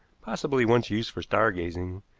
possibly once used for star gazing,